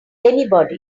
anybody